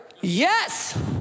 Yes